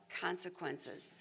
consequences